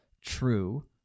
true